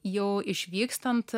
jau išvykstant